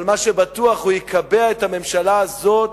אבל מה שבטוח, הוא יקבע את הממשלה הזאת,